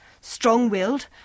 strong-willed